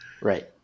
right